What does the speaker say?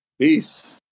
Peace